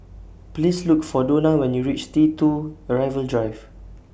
Please Look For Dona when YOU REACH T two Arrival Drive